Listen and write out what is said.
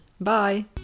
Bye